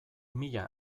mila